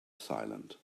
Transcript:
silent